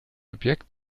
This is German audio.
objekt